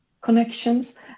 connections